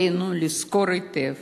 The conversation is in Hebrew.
עלינו לזכור היטב